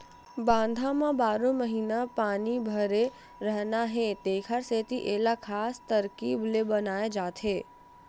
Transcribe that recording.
बांधा म बारो महिना पानी भरे रहना हे तेखर सेती एला खास तरकीब ले बनाए जाथे